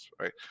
Right